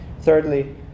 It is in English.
Thirdly